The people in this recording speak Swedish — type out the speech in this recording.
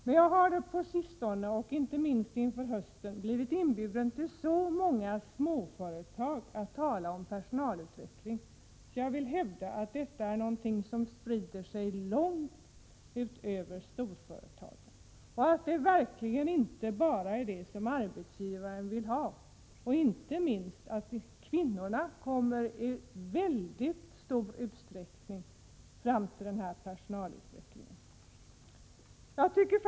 Men jag har på sistone, och inte minst inför hösten, blivit inbjuden till så många småföretag för att tala om personalutveckling att jag vill hävda att detta är något som sprider sig långt utanför storföretagen och att det inte bara handlar om sådant som arbetsgivaren vill ha. Inte minst får kvinnorna i stor utsträckning del av denna personalutveckling.